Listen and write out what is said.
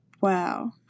wow